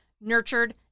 nurtured